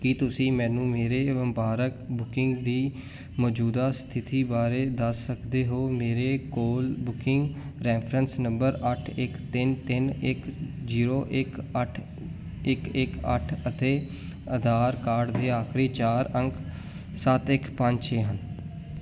ਕੀ ਤੁਸੀਂ ਮੈਨੂੰ ਮੇਰੇ ਵਪਾਰਕ ਬੁਕਿੰਗ ਦੀ ਮੌਜੂਦਾ ਸਥਿਤੀ ਬਾਰੇ ਦੱਸ ਸਕਦੇ ਹੋ ਮੇਰੇ ਕੋਲ ਬੁਕਿੰਗ ਰੈਫਰੈਂਸ ਨੰਬਰ ਅੱਠ ਇੱਕ ਤਿੰਨ ਤਿੰਨ ਇੱਕ ਜੀਰੋ ਇੱਕ ਅੱਠ ਇੱਕ ਇੱਕ ਅੱਠ ਅਤੇ ਆਧਾਰ ਕਾਰਡ ਦੇ ਆਖਰੀ ਚਾਰ ਅੰਕ ਸੱਤ ਇੱਕ ਪੰਜ ਛੇ ਹਨ